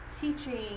teaching